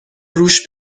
روش